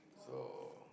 so